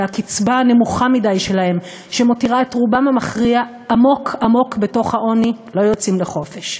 גם התקשורת, אגב, לא יוצאת לחופש.